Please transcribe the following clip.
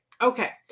Okay